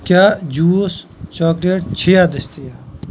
کیٛاہ juice chocolate چھِیَہ دٔستیاب